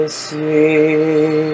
see